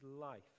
life